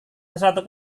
sesuatu